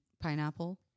pineapple